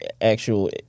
actual